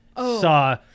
saw